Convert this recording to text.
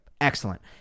Excellent